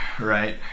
right